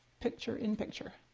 picture in picture.